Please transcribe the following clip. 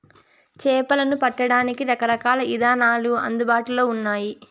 చేపలను పట్టడానికి రకరకాల ఇదానాలు అందుబాటులో ఉన్నయి